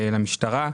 למשטרה,